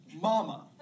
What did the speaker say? mama